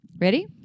Ready